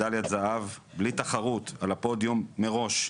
מדליית זהב בלי תחרות על הפודיום מראש.